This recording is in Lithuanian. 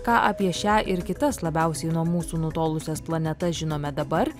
ką apie šią ir kitas labiausiai nuo mūsų nutolusias planetas žinome dabar